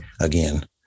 again